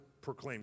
proclaim